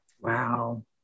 Wow